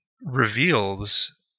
reveals